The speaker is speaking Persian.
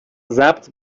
ضبط